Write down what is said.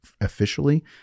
officially